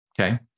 okay